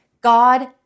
God